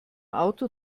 auto